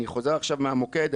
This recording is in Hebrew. אני חוזר עכשיו מהמוקד,